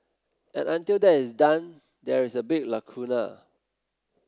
and until that is done there is a big lacuna